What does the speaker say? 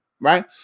right